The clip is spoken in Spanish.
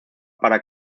para